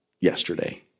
yesterday